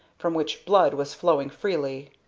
from which blood was flowing freely.